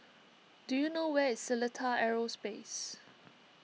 do you know where is Seletar Aerospace